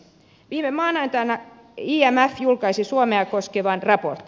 viime maanantaina imf julkaisi suomea koskevan raportin